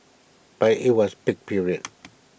but IT was peak period